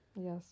Yes